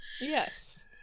Yes